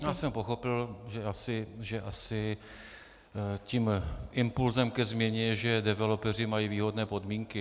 Já jsem pochopil, že asi tím impulsem ke změně je, že developeři mají výhodné podmínky.